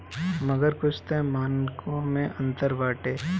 मगर कुछ तअ मानको मे अंतर बाटे